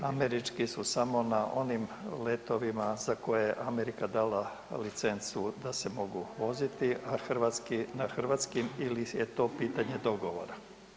Američki su samo na onim letovima za koje je Amerika dala licencu da se mogu voziti nad hrvatskim ili je to pitanje dogovora?